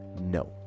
No